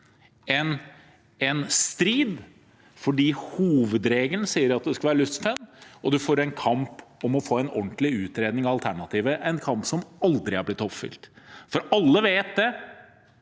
en strid fordi hovedregelen sier at det skal være luftspenn, og man får en kamp om å få en ordentlig utredning av alternativet – en kamp som aldri er blitt oppfylt. Alle vet at